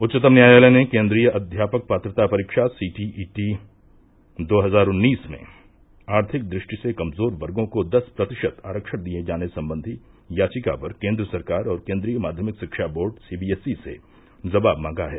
उच्चतम न्यायालय ने केन्द्रीय अध्यापक पात्रता परीक्षा सीटीईटी दो हजार उन्नीस में आर्थिक दृष्टि से कमजोर वर्गों को दस प्रतिशत आरक्षण दिये जाने संबंधी याचिका पर केन्द्र सरकार और केन्द्रीय माध्यमिक शिक्षा बोर्ड सीबीएसई से जवाब मांगा है